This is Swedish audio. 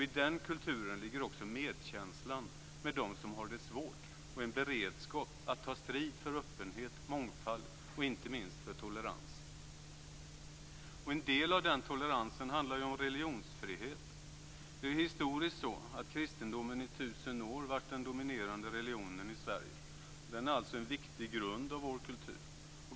I den kulturen ligger också medkänslan med dem som har det svårt och en beredskap att ta strid för öppenhet, mångfald och inte minst för tolerans. En del av den toleransen handlar om religionsfrihet. Det är historiskt så, att kristendomen i 1 000 år varit den dominerande religionen i Sverige. Den är alltså en viktig grund för vår kultur.